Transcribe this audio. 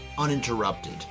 uninterrupted